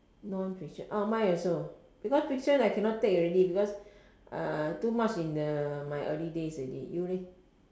non fiction oh mine also because fiction I cannot take already because uh too much in the my early days already you leh